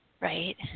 Right